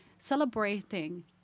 Celebrating